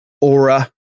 aura